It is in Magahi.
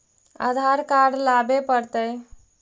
आधार कार्ड लाबे पड़तै?